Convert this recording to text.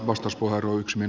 arvoisa puhemies